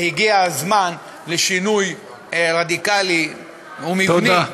והגיע הזמן לשינוי רדיקלי ומבני, תודה.